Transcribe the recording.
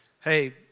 Hey